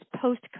post